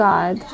God